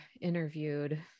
interviewed